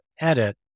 edit